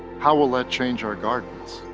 how will let change our gardens?